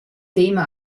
tema